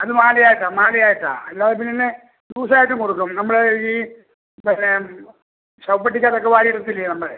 അത് മാലയായിട്ടാ മാലയായിട്ടാ അല്ലാതെ പിന്നെ ലൂസ് ആയിട്ടും കൊടുക്കും നമ്മൾ ഈ പിന്നെ ശവപ്പെട്ടിക്കകത്തൊക്കെ വാരി ഇടത്തില്ലേ നമ്മൾ